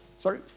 sorry